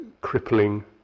crippling